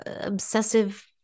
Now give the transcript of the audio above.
obsessive